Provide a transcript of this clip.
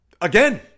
again